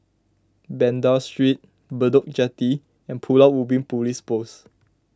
Banda Street Bedok Jetty and Pulau Ubin Police Post